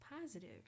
positive